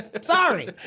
Sorry